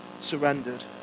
surrendered